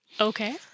Okay